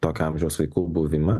tokio amžiaus vaikų buvimą